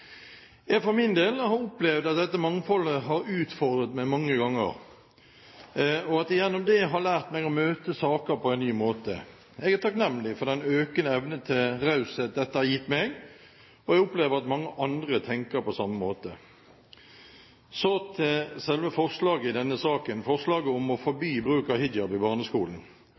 Jeg for min del har opplevd at dette mangfoldet har utfordret meg mange ganger, og at jeg gjennom det har lært meg å møte saker på en ny måte. Jeg er takknemlig for den økende evne til raushet dette har gitt meg, og jeg opplever at mange andre tenker på samme måte. Så til selve forslaget i denne saken, forslaget om å forby bruk av hijab i barneskolen.